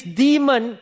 demon